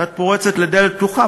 את פורצת לדלת פתוחה,